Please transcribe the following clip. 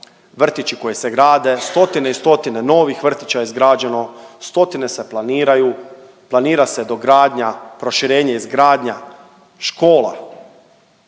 vrtići koji se grade, stotine i stotine novih vrtića je izgrađeno, stotine se planiraju, planira se dogradnja, proširenje, izgradnja škola